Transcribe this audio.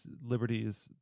liberties